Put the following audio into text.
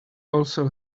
also